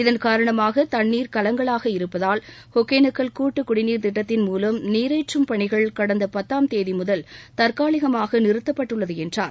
இதன் காரணமாக தன்னீர் கலங்கலாக இருப்பதால் ஒகேனக்கல் கூட்டுக் குடிநீர் திட்டத்தின் மூலம் நீரேற்றும் பணிகள் கடந்த பத்தாம் தேதிமுதல் தற்காலிகமாக நிறுத்தப்பட்டுள்ளது என்றார்